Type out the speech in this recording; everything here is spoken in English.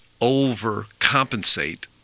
overcompensate